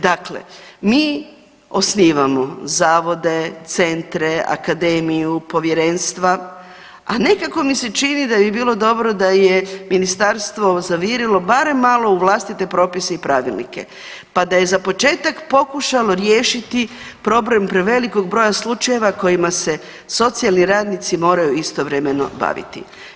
Dakle, mi osnivamo zavode, centre, akademiju, povjerenstva, a nekako mi se čini da bi bilo dobro da je ministarstvo zavirilo barem malo u vlastite propise i pravilnike, pa da je za početak pokušalo riješiti problem prevelikog broja slučajeva kojima se socijalni radnici moraju istovremeno baviti.